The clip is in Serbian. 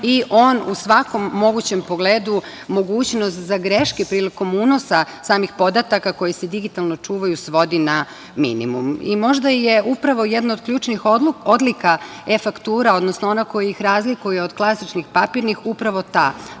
i on u svakom mogućem pogledu mogućnost za greške prilikom unosa samih podataka koji se digitalno čuvaju svodi na minimum. Možda je upravo jedna od ključnih odluka eFaktura, odnosno ona koja ih razlikuje od klasičnih papirnih, upravo ta, a